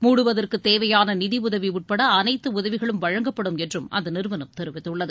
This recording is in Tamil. மூடுவதற்கு தேவையான நிதியுதவி உட்பட அனைத்து உதவிகளும் வழங்கப்படும் என்று அந்த நிறுவனம் தெரிவித்துள்ளது